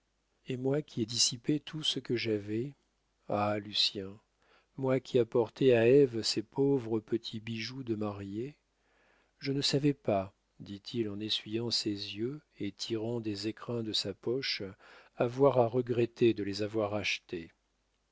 et moi qui ai dissipé tout ce que j'avais ah lucien moi qui apportais à ève ses pauvres petits bijoux de mariée je ne savais pas dit-il en essuyant ses yeux et tirant des écrins de sa poche avoir à regretter de les avoir achetés